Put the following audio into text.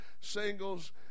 singles